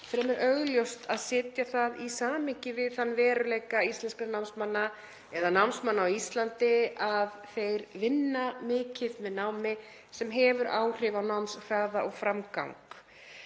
fremur augljóst að setja það í samhengi við þann veruleika íslenskra námsmanna, eða námsmanna á Íslandi, að þeir vinna mikið með námi, sem hefur áhrif á námshraða og framgang.